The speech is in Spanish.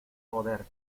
joder